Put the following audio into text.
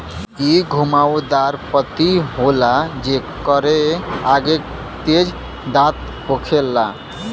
इ घुमाव दार पत्ती होला जेकरे आगे तेज दांत होखेला